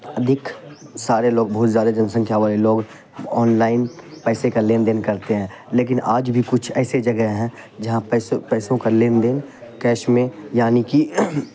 ادھک سارے لوگ بہت زیادہ جن سنکھیا والے لوگ آن لائن پیسے کا لین دین کرتے ہیں لیکن آج بھی کچھ ایسے جگہ ہیں جہاں پیسوں پیسوں کا لین دین کیش میں یعنی کہ